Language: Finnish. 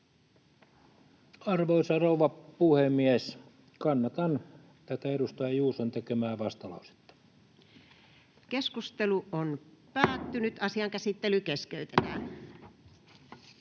Arvoisa rouva puhemies! Kannatan tätä edustaja Juuson tekemää vastalausetta. Toiseen käsittelyyn esitellään